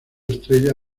estrella